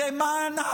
תודה רבה.